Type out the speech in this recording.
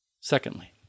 Secondly